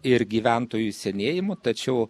ir gyventojų senėjimu tačiau